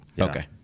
Okay